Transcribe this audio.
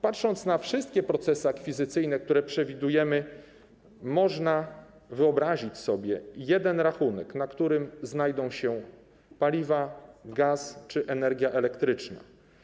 Patrząc na wszystkie procesy akwizycyjne, które przewidujemy, można wyobrazić sobie jeden rachunek, na którym znajdą się paliwa, gaz czy energia elektryczna.